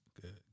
good